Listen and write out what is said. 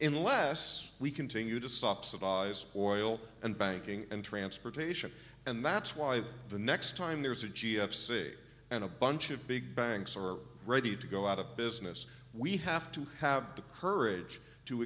in less we continue to subsidize oil and banking and transportation and that's why the next time there's a g have saved and a bunch of big banks are ready to go out of business we have to have the courage to